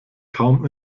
kaum